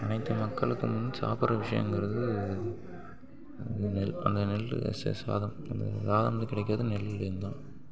அனைத்து மக்களுக்கும் சாப்பிட்ற விஷயங்கிறது நெல் அந்த நெல் செ சாதம் அந்த சாதம் கிடைக்கிறது நெல்லுலேருந்து தான்